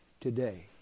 today